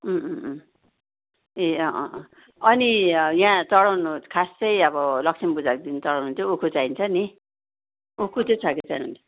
अँ अँ अँ ए अँ अँ अँ अनि यहाँ चढाउनु खास चाहिँ अब लक्ष्मीपूजाको दिन चढाउनु चाहिँ उखु चाइन्छ नि उखु चाहिँ छ कि छैन